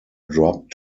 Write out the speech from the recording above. dropped